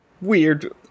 weird